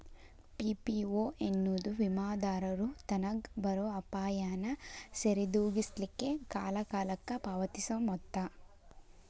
PPO ಎನ್ನೊದು ವಿಮಾದಾರರು ತನಗ್ ಬರೊ ಅಪಾಯಾನ ಸರಿದೋಗಿಸ್ಲಿಕ್ಕೆ ಕಾಲಕಾಲಕ್ಕ ಪಾವತಿಸೊ ಮೊತ್ತ